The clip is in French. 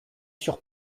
sur